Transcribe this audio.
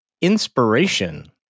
inspiration